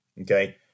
Okay